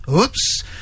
Oops